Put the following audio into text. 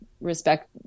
respect